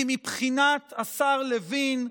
כי מבחינת השר לוין,